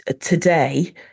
today